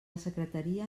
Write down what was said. secretaria